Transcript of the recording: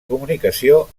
comunicació